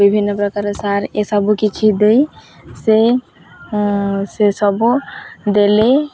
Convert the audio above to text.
ବିଭିନ୍ନ ପ୍ରକାର ସାର ଏସବୁ କିଛି ଦେଇ ସେ ସେସବୁ ଦେଲେ